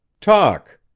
talk!